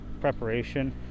preparation